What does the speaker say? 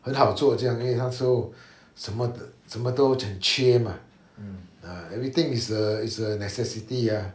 很好做这样因为那时候什么什么都很缺 mah ah everything is a is a necessity ah